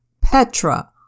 Petra